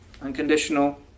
unconditional